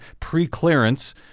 preclearance